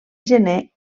gener